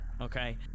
okay